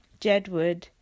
Jedward